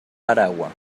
aragua